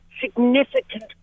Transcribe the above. significant